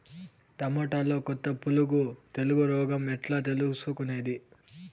టమోటాలో కొత్త పులుగు తెలుసు రోగం ఎట్లా తెలుసుకునేది?